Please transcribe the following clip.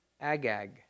Agag